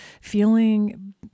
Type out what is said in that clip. feeling